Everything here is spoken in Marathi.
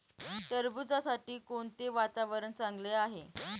टरबूजासाठी कोणते वातावरण चांगले आहे?